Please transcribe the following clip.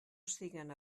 estiguen